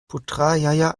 putrajaya